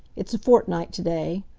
it's a fortnight to-day.